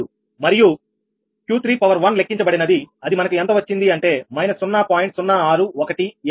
005 మరియు Q31లెక్కించబడినది అది మనకు ఎంత వచ్చింది అంటే − 0